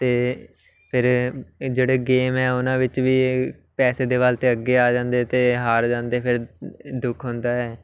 ਅਤੇ ਫਿਰ ਜਿਹੜੇ ਗੇਮ ਹੈ ਉਹਨਾਂ ਵਿੱਚ ਵੀ ਇਹ ਪੈਸੇ ਦੇ ਬਲ 'ਤੇ ਅੱਗੇ ਆ ਜਾਂਦੇ ਅਤੇ ਹਾਰ ਜਾਂਦੇ ਫਿਰ ਦੁੱਖ ਹੁੰਦਾ ਹੈ